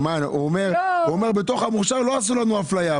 הוא אומר שבתוך המוכשר לא עשו לנו אפליה.